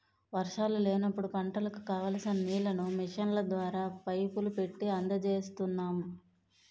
వర్షాలు లేనప్పుడు పంటలకు కావాల్సిన నీళ్ళను మిషన్ల ద్వారా, పైపులు పెట్టీ అందజేస్తున్నాం